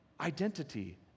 identity